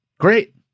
great